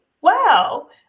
wow